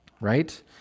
right